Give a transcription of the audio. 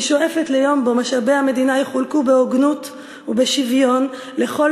אני שואפת ליום שבו משאבי המדינה יחולקו בהוגנות ובשוויון לכל